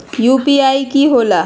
UPI कि होला?